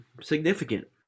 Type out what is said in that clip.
significant